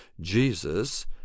jesus